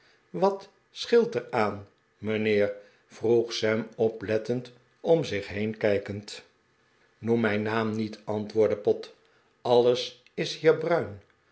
wat scheelt er aan mijnheer vroeg sam oplettend om zich heen kijkend noem mijn naam niet antwoordde pott alles is hier bruin